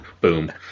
Boom